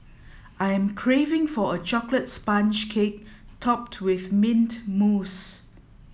I am craving for a chocolate sponge cake topped with mint mousse